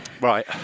Right